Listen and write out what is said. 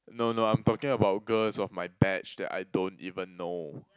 no no I'm talking about girls of my batch that I don't even know